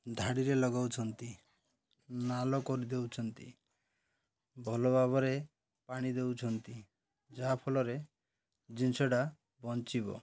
ଧାଡ଼ିରେ ଲଗଉଛନ୍ତି ନାଳ କରିଦଉଛନ୍ତି ଭଲ ଭାବରେ ପାଣି ଦଉଛନ୍ତି ଯାହାଫଳରେ ଜିନିଷଟା ବଞ୍ଚିବ